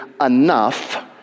enough